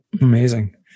Amazing